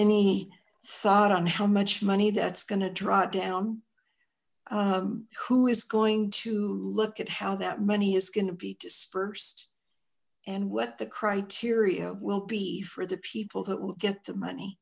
thought on how much money that's going to draw down who is going to look at how that money is going to be dispersed and what the criteria will be for the people that will get the money